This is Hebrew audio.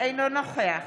אינו נוכח